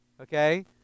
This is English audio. Okay